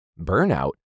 burnout